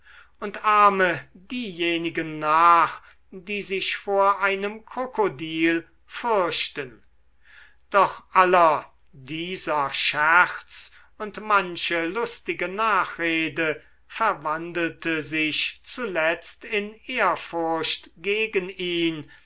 und ahme diejenigen nach die sich vor einem krokodil fürchten doch aller dieser scherz und manche lustige nachrede verwandelte sich zuletzt in ehrfurcht gegen ihn